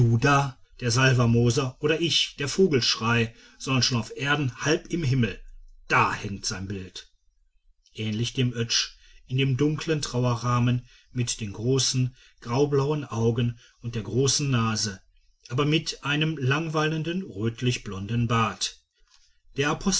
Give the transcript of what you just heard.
der salvermoser oder ich der vogelschrey sondern schon auf erden halb im himmel da hängt sein bild ähnlich dem oetsch in dem dunklen trauerrahmen mit den großen graublauen augen und der großen nase aber mit einem langwallenden rötlich blonden bart der